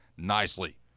nicely